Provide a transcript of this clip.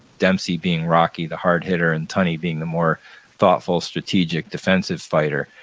dempsey being rocky, the hard hitter, and tunney being the more thoughtful, strategic, defensive fighter.